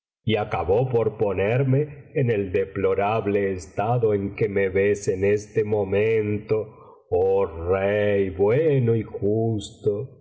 y acabó por ponerme en el deplorable estado en que me ves en este momento oh rey bueno y justo